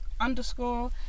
underscore